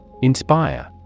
Inspire